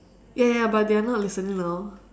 ya ya but they're not listening now